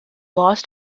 lost